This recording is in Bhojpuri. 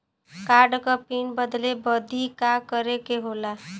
कार्ड क पिन बदले बदी का करे के होला?